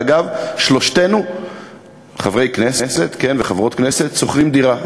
אגב, שלושתנו חברי כנסת וחברות כנסת ששוכרים דירה.